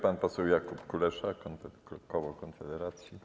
Pan poseł Jakub Kulesza, koło Konfederacji.